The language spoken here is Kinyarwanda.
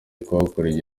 kuhakorera